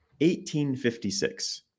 1856